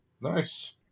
Nice